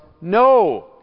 No